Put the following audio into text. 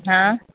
હા